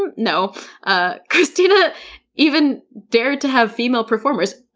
and no ah kristina even dared to have female performers.